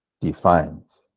defines